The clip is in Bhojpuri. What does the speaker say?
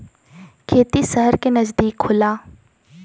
खेती सहर के नजदीक होला